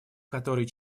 который